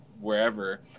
wherever